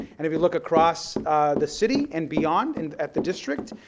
and if you look across the city and beyond and at the district,